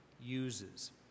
uses